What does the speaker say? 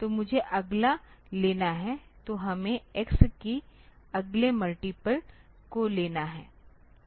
तो मुझे अगला लेना है तो हमें x की अगले मल्टीप्ल को लेना होगा